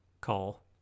call